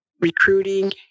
recruiting